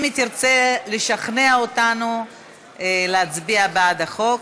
אם היא תרצה לשכנע אותנו להצביע בעד החוק,